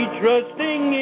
trusting